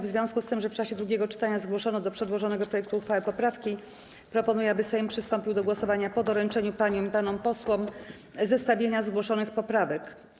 W związku z tym, że w czasie drugiego czytania zgłoszono do przedłożonego projektu uchwały poprawki, proponuję, aby Sejm przystąpił do głosowania po doręczeniu paniom i panom posłom zestawienia zgłoszonych poprawek.